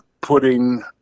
putting